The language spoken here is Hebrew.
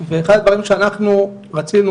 ואחד הדברים שאנחנו רצינו,